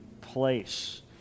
place